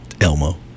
Elmo